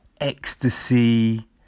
ecstasy